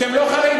שהם לא חרדים?